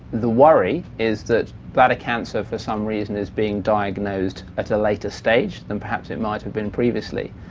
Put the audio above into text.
the worry is that bladder cancer for some reason is being diagnosed at a later stage than perhaps it might have been previously.